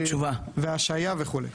השהייה וכו'.